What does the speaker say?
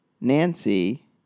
Nancy